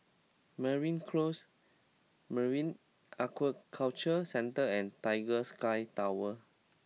Mariam Close Marine Aquaculture Centre and Tiger Sky Tower